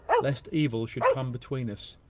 lest evil should come between us!